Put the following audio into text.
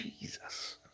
Jesus